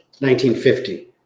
1950